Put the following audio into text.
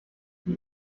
die